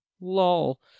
lol